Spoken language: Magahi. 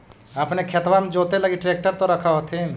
अपने खेतबा मे जोते लगी ट्रेक्टर तो रख होथिन?